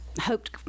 hoped